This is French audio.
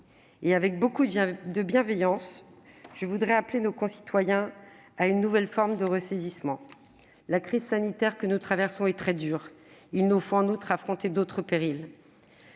Avec beaucoup de bienveillance, je voudrais appeler nos concitoyens à une nouvelle forme de ressaisissement. La crise sanitaire que nous traversons est très dure. Il nous faut en outre affronter d'autres périls.